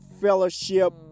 fellowship